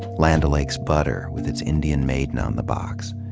land o'lakes butter with its indian maiden on the box.